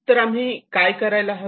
तर आम्ही काय करायला हवे